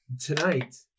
Tonight